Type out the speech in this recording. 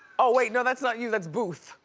oh wait, no, that's not you, that's booth.